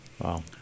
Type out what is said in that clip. Wow